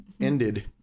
ended